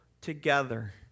together